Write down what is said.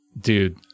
dude